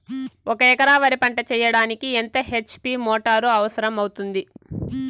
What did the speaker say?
ఒక ఎకరా వరి పంట చెయ్యడానికి ఎంత హెచ్.పి మోటారు అవసరం అవుతుంది?